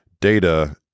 data